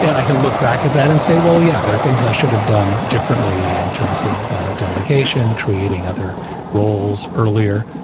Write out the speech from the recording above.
and i can look back at that and say, well, yeah there are things i should have done differently in terms of delegation, creating other roles earlier.